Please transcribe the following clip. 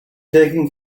taken